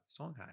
Songhai